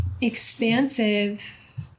expansive